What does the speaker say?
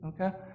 okay